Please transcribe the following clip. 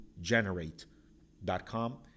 generate.com